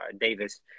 Davis –